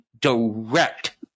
direct